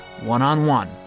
one-on-one